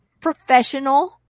professional